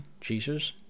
Jesus